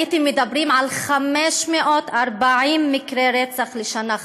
הייתם מדברים על 540 מקרי רצח בשנה,